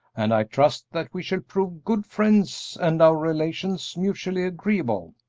and i trust that we shall prove good friends and our relations mutually agreeable.